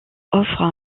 offrent